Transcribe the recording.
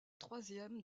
troisième